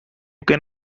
can